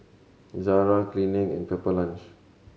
Zara Clinique and Pepper Lunch